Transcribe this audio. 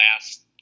last